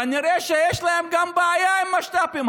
כנראה שיש להם גם בעיה עם משת"פים.